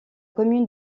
commune